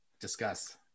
Discuss